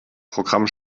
programm